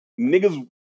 Niggas